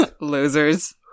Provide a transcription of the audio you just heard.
Losers